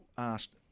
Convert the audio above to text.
asked